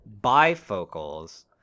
bifocals